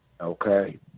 Okay